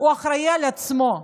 אחראי לעצמו.